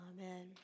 Amen